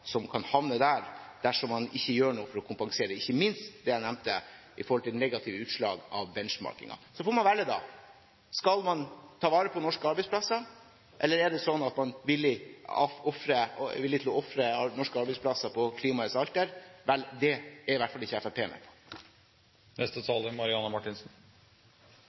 som kan havne der – dersom man ikke gjør noe for å kompensere, ikke minst det jeg nevnte om negative utslag av benchmarking. Man får velge – skal man ta vare på norske arbeidsplasser, eller er man villig til å ofre norske arbeidsplasser på klimaets alter? Vel, det er i alle fall ikke Fremskrittspartiet med på. Det er